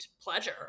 pleasure